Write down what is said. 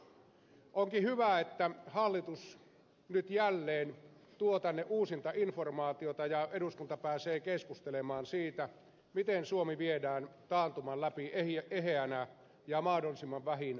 onkin hyvä että hallitus nyt jälleen tuo tänne uusinta informaatiota ja eduskunta pääsee keskustelemaan siitä miten suomi viedään taantuman läpi eheänä ja mahdollisimman vähin vaurioin